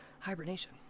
hibernation